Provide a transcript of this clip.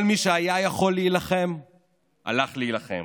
כל מי שהיה יכול להילחם הלך להילחם,